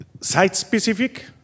site-specific